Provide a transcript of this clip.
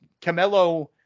Camelo